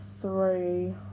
three